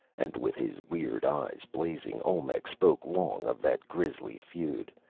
and with his weird eyes blazing, olmec spoke long of that grisly feud,